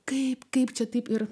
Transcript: kaip kaip čia taip ir